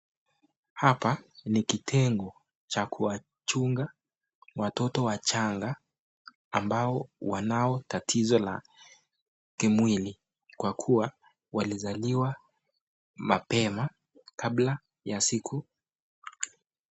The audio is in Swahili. Hapa ni kitengo cha kuwachunga watoto wachanga ambao wanao tatizo la kimwili kwa kuwa walizaliwa mapema kabla ya siku.